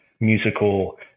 musical